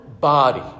body